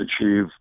achieve